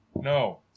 No